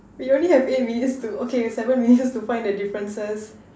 we only have eight minutes to okay seven minutes to find the differences